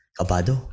Kabado